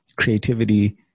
creativity